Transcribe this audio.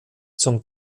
zum